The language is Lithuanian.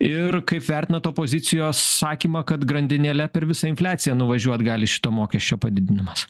ir kaip vertinat opozicijos sakymą kad grandinėle per visą infliaciją nuvažiuot gali šito mokesčio padidinimas